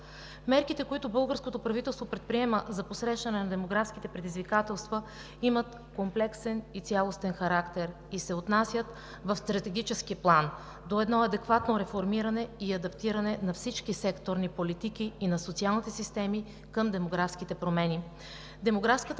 Мерките, които българското правителство предприема за посрещане на демографските предизвикателства, имат комплексен и цялостен характер и се отнасят в стратегически план до едно адекватно реформиране и адаптиране на всички секторни политики и на социалните системи към демографските промени. Демографската